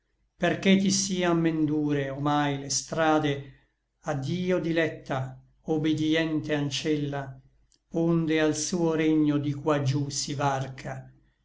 perché ti sian men dure omai le strade a dio dilecta obedïente ancella onde al suo regno di qua giú si varca